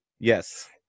Yes